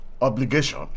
Obligation